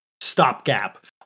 stopgap